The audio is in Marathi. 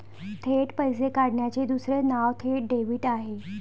थेट पैसे काढण्याचे दुसरे नाव थेट डेबिट आहे